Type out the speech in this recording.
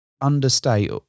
understate